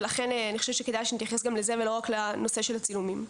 ולכן אני חושבת שכדאי שנתייחס גם לזה ולא רק לנושא של הצילומים.